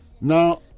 Now